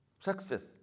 Success